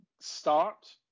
start